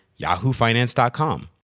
yahoofinance.com